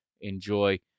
enjoy